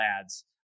ads